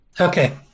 Okay